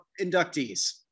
inductees